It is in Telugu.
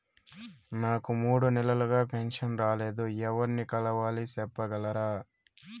నాకు మూడు నెలలుగా పెన్షన్ రాలేదు ఎవర్ని కలవాలి సెప్పగలరా?